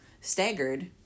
staggered